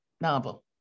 novel